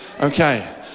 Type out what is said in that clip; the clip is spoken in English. Okay